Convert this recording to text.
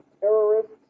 terrorists